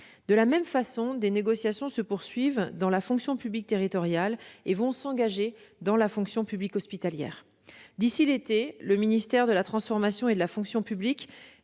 De la même façon, des négociations se poursuivent dans la fonction publique territoriale et s'engageront dans la fonction publique hospitalière. D'ici à l'été, le ministère de la transformation et de la fonction publiques